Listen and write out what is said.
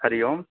हरिः ओम्